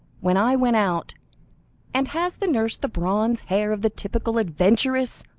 when i went out and has the nurse the bronze hair of the typical adventuress,